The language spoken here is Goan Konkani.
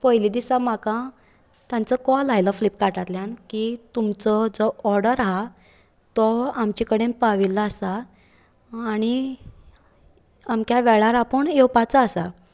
पयले दिसा म्हाका तांचो कॉल आयलो फ्लिपकार्टांतल्यान की तुमचो जो ऑर्डर आहा तो आमचे कडेन पाविल्लो आसा आनी अमक्या वेळार आपूण येवपाचो आसा